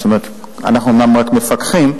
זאת אומרת, אומנם אנחנו רק מפקחים,